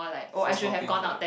small small things lah